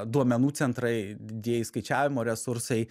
duomenų centrai didieji skaičiavimo resursai